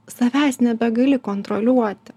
savęs nebegali kontroliuoti